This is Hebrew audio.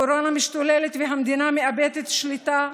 הקורונה משתוללת והמדינה מאבדת שליטה,